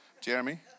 Jeremy